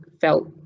felt